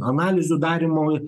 analizių darymui